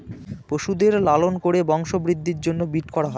পশুদের লালন করে বংশবৃদ্ধির জন্য ব্রিড করা হয়